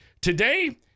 today